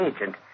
agent